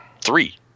three